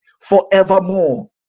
forevermore